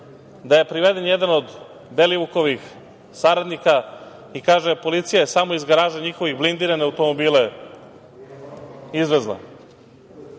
da je priveden jedna od Belivukovih saradnika, i kaže da je policija samo iz garaže njihovih blindirane automobile izvezla.